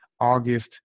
august